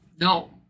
No